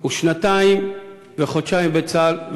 הוא שנתיים וחודשיים בצה"ל,